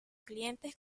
clientes